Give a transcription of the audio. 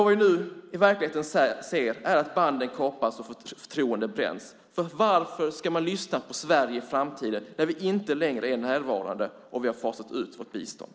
Vad vi nu i verkligheten ser är att banden kapas och förtroendet bränns. För varför ska man lyssna på Sverige i framtiden när vi inte längre är närvarande och vi har fasat ut vårt bistånd?